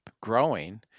growing